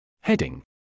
Heading